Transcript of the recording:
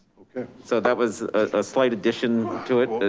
okay. so that was a slight addition to it,